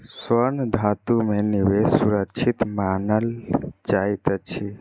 स्वर्ण धातु में निवेश सुरक्षित मानल जाइत अछि